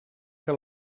que